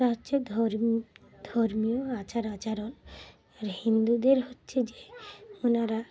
হচ্ছে ধর্ম ধর্মীয় আচার আচরণ আর হিন্দুদের হচ্ছে যে ওনারা